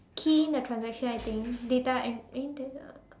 key in the transaction I think data and eh data